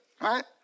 Right